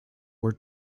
were